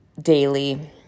daily